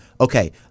Okay